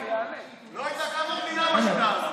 לא הייתה קמה המדינה בשנה הזאת.